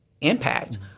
impact